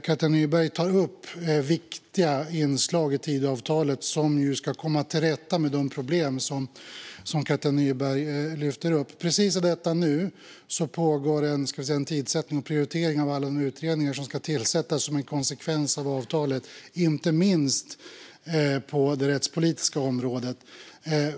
Katja Nyberg tar upp viktiga inslag i Tidöavtalet som ju ska komma till rätta med de problem som Katja Nyberg lyfter upp. Precis i detta nu pågår en tidssättning och prioritering av alla de utredningar som ska tillsättas som en konsekvens av avtalet, inte minst på det rättspolitiska området.